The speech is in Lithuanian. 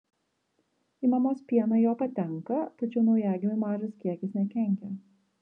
į mamos pieną jo patenka tačiau naujagimiui mažas kiekis nekenkia